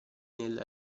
nel